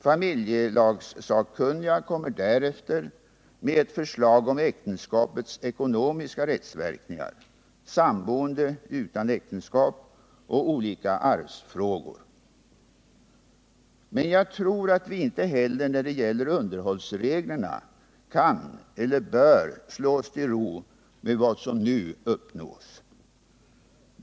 Familjelagssakkunniga kommer därefter med ett förslag om äktenskapets ekonomiska rättsverkningar, samboende utan äktenskap och 1 olika arvsfrågor. Jag tror emellertid att vi inte heller när det gäller underhållsreglerna kan eller bör slå oss till ro med vad som nu uppnås.